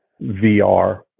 VR